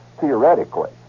theoretically